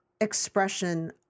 expression